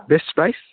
best price